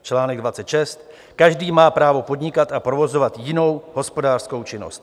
Článek 26 každý má právo podnikat a provozovat jinou hospodářskou činnost.